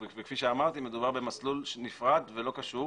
כפי שאמרתי, מדובר במסלול נפרד ולא קשור